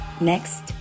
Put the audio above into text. next